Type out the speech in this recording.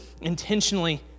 intentionally